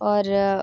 होर